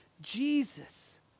Jesus